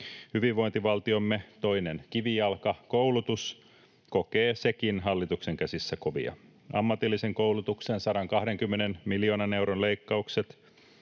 Hyvinvointivaltiomme toinen kivijalka, koulutus, kokee sekin hallituksen käsissä kovia. Ammatillisen koulutuksen 120 miljoonan euron leikkaukset,